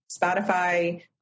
Spotify